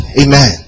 Amen